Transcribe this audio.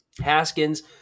Haskins